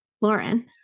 Lauren